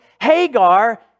Hagar